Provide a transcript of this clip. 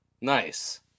nice